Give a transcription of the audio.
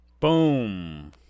Boom